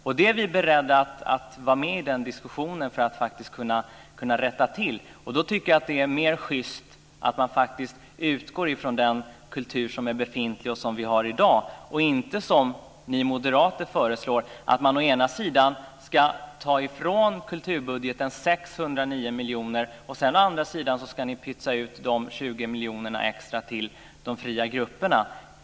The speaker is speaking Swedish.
Vi är beredda att vara med i diskussionen för att kunna rätta till detta. Jag tycker att det är mer schyst att utgå från den befintliga kulturen i dag än att, som ni moderater föreslår, å ena sidan ta ifrån kulturbudgeten 609 miljoner och å andra sidan pytsa ut de 20 miljonerna extra till de fria grupperna.